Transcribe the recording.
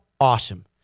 awesome